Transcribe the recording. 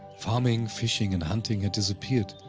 farming, fishing and hunting had disappeared,